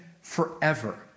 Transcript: forever